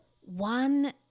one